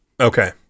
Okay